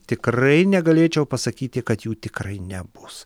tikrai negalėčiau pasakyti kad jų tikrai nebus